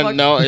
no